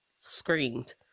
screamed